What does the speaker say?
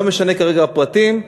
לא משנה כרגע הפרטים.